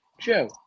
Joe